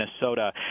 Minnesota